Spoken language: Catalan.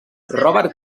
robert